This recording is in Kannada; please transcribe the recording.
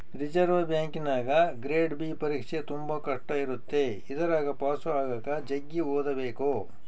ರಿಸೆರ್ವೆ ಬ್ಯಾಂಕಿನಗ ಗ್ರೇಡ್ ಬಿ ಪರೀಕ್ಷೆ ತುಂಬಾ ಕಷ್ಟ ಇರುತ್ತೆ ಇದರಗ ಪಾಸು ಆಗಕ ಜಗ್ಗಿ ಓದಬೇಕು